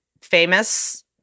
famous